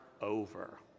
over